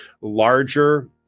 Larger